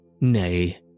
Nay